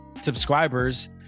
subscribers